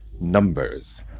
numbers